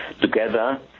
together